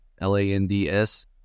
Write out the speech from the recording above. L-A-N-D-S